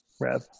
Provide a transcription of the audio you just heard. Rev